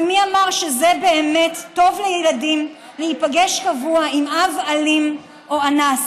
ומי אמר שזה באמת טוב לילדים להיפגש קבוע עם אב אלים או אנס?"